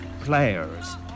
players